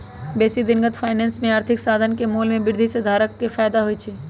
बेशी दिनगत फाइनेंस में आर्थिक साधन के मोल में वृद्धि से धारक के फयदा होइ छइ